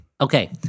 Okay